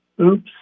Oops